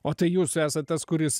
o tai jūs esat tas kuris